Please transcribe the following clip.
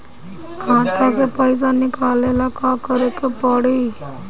खाता से पैसा निकाले ला का करे के पड़ी?